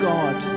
God